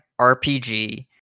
RPG